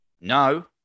No